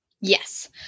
Yes